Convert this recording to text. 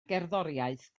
gerddoriaeth